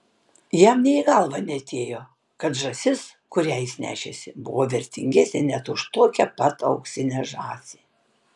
jam nė į galvą neatėjo kad žąsis kurią jis nešėsi buvo vertingesnė net už tokią pat auksinę žąsį